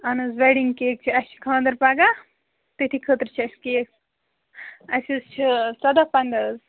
اہن حظ wedding cake چھِ اَسہِ چھِ خانٛدر پَگاہ تٔتھی خٲطرٕ چھِ اَسہِ کیک اَسہِ حظ چھِ ژۄدہ پنٛداہ حظ